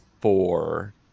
four